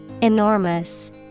Enormous